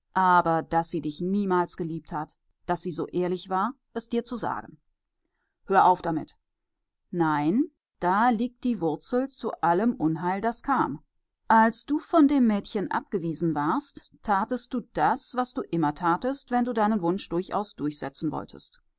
aber daß sie dich niemals geliebt hat daß sie so ehrlich war es dir zu sagen hör auf damit nein da liegt die wurzel zu allem unheil das kam als du von dem mädchen abgewiesen warst tatest du das was du immer tatest wenn du einen wunsch durchaus durchsetzen wolltest